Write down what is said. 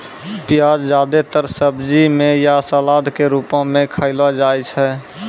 प्याज जादेतर सब्जी म या सलाद क रूपो म खयलो जाय छै